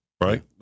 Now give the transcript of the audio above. right